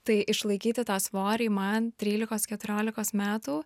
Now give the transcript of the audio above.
tai išlaikyti tą svorį man trylikos keturiolikos metų